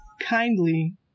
kindly